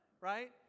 right